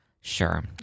sure